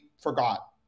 forgot